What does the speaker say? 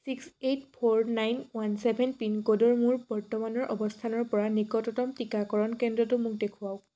six eight four nine one seven pin ক'ডৰ মোৰ বৰ্তমানৰ অৱস্থানৰ পৰা নিকটতম টীকাকৰণ কেন্দ্ৰটো মোক দেখুৱাওক